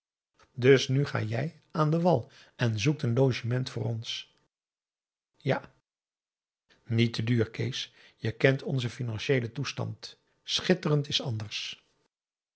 dus nu ga jij aan den wal en zoekt een logement voor ons ja niet te duur kees je kent onzen financieelen toestand schitterend is anders